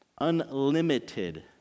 Unlimited